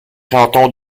cantons